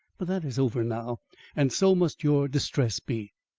but that is over now and so must your distress be.